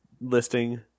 listing